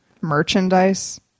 merchandise